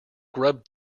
grub